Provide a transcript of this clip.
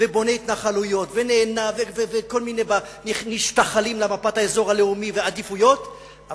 ובונה התנחלויות ונהנה וכל מיני משתחלים למפת אזור העדיפויות הלאומי,